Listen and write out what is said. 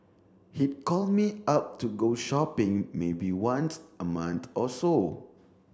he'd call me up to go shopping maybe once a month or so